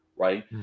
right